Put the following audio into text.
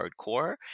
hardcore